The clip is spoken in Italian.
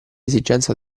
esigenze